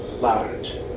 large